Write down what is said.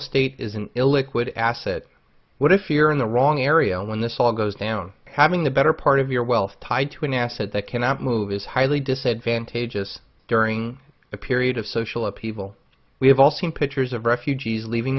estate is an illiquid assets what if you're in the wrong area when this all goes down having the better part of your wealth tied to an asset that cannot move is highly disadvantageous during a period of social upheaval we have all seen pictures of refugees leaving